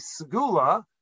segula